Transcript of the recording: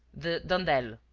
the d'andelles,